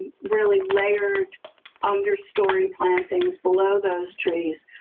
really layered understory plantings below those trees.